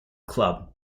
club